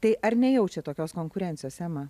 tai ar nejaučiat tokios konkurencijos ema